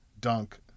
dunk